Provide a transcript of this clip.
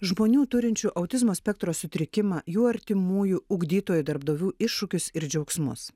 žmonių turinčių autizmo spektro sutrikimą jų artimųjų ugdytojų darbdavių iššūkius ir džiaugsmus